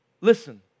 listen